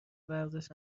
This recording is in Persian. ورزش